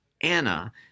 Anna